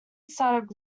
start